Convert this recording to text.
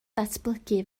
ddatblygu